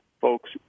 folks